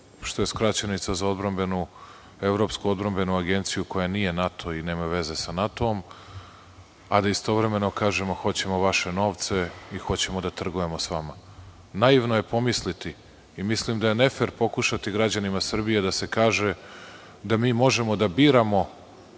što je skraćenica za Evropsku odbrambenu agenciju koja nije NATO i nema veze sa NATO, a da istovremeno kažemo, hoćemo vaše novce i hoćemo da trgujemo sa vama. Naivno je pomisliti i mislim da je nefer pokušati građanima Srbije da se kaže da mi možemo da biramo